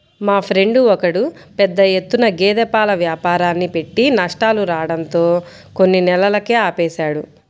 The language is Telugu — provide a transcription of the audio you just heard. మా ఫ్రెండు ఒకడు పెద్ద ఎత్తున గేదె పాల వ్యాపారాన్ని పెట్టి నష్టాలు రావడంతో కొన్ని నెలలకే ఆపేశాడు